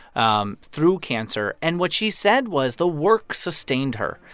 um through cancer. and what she said was the work sustained her.